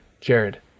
Jared